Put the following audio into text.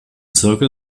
zirkel